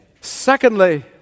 Secondly